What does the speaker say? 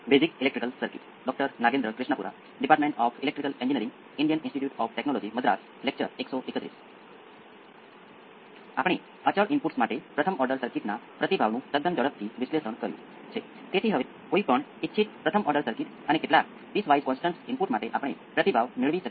આપણે આ પ્રકારનો નેચરલ રિસ્પોન્સ જોયો હતો જે આપણે બીજા ક્રમની સર્કિટ પરથી મળ્યો જ્યારે લાક્ષણિક સમીકરણ માટે આપણી પાસે રીઅલ અને અલગ ઉકેલ હોય ત્યારે આપણે બે પ્રયોગ મેળવશુ